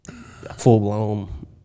full-blown